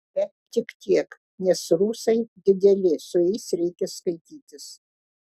bet tik tiek nes rusai dideli su jais reikia skaitytis